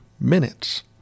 minutes